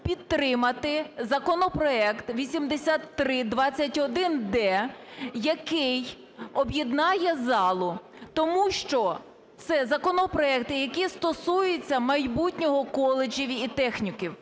підтримати законопроект 8321-д, який об'єднає залу. Тому що це законопроект, який стосується майбутнього коледжів і технікумів.